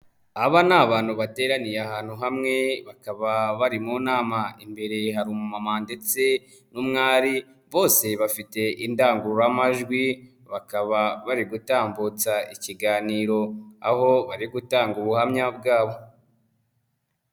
Aba ni abantu bateraniye ahantu hamwe bakaba bari mu nama, imbere hari umumama ndetse n'umwari bose bafite indangururamajwi bakaba bari gutambutsa ikiganiro aho bari gutanga ubuhamya bwabo.